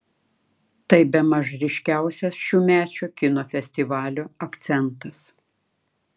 tai bemaž ryškiausias šiųmečio kino festivalio akcentas